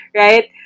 right